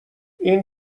این